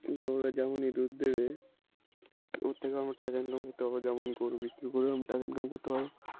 গরুরা যেমনই দুধ দেবে ওর থেকেও আমরা টাকা ইনকাম করতে পারব যেমন গরু বিক্রি করেও আমি টাকা ইনকাম করতে পারব